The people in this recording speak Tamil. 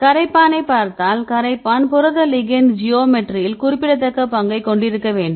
கரைப்பானைப் பார்த்தால் கரைப்பான் புரத லிகெண்ட் ஜியாமெட்ரியில் குறிப்பிடத்தக்க பங்கைக் கொண்டிருக்க வேண்டும்